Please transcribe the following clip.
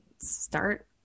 start